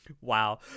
Wow